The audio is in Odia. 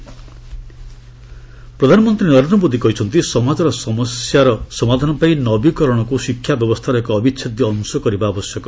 ପିଏମ୍ କନ୍ଫରେନ୍ସ ପ୍ରଧାନମନ୍ତ୍ରୀ ନରେନ୍ଦ୍ର ମୋଦି କହିଛନ୍ତି ସମାଜର ସମସ୍ୟାର ସମାଧାନ ପାଇଁ ନବୀକରଣକ୍ର ଶିକ୍ଷା ବ୍ୟବସ୍ଥାର ଏକ ଅବିଚ୍ଛେଦ୍ୟ ଅଂଶ କରିବା ଆବଶ୍ୟକ